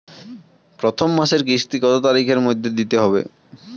প্রথম মাসের কিস্তি কত তারিখের মধ্যেই দিতে হবে?